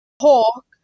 Hawk